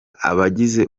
abagize